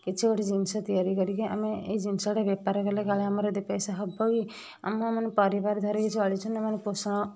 କିଛି ଗୋଟେ ଜିନିଷ ତିଆରି କରିକି ଆମେ ଏଇ ଜିନିଷଟେ ବେପାର କଲେ କାଳେ ଆମର ଦୁଇ ପଇସା ହବ କି ଆମେ ମାନେ ପରିବାର ଧରିକି ଚଳିଛୁ ନା ପୋଷଣ